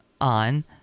on